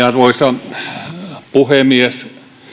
arvoisa puhemies